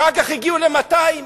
אחר כך הגיעו ל-200,000.